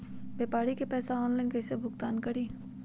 व्यापारी के पैसा ऑनलाइन कईसे भुगतान करी?